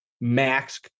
max